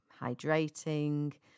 hydrating